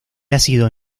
ácido